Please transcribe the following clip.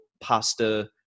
pasta